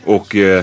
Och